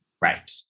right